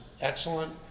excellent